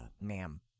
ma'am